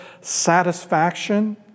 satisfaction